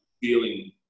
feeling